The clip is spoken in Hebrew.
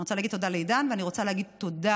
אני רוצה להגיד תודה לעידן ואני רוצה להגיד תודה